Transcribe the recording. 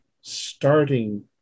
starting